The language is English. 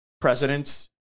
presidents